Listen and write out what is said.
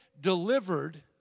delivered